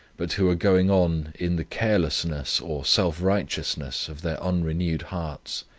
but who are going on in the carelessness or self-righteousness of their unrenewed hearts,